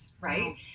right